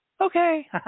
Okay